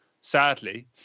sadly